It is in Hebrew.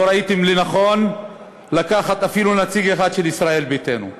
לא ראיתם לנכון לקחת אפילו נציג אחד של ישראל ביתנו.